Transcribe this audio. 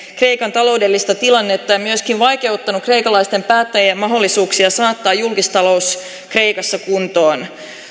kreikan taloudellista tilannetta ja myöskin vaikeuttaneet kreikkalaisten päättäjien mahdollisuuksia saattaa julkistalous kreikassa kuntoon